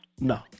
No